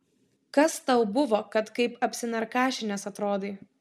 kas tau buvo kad kaip apsinarkašinęs atrodai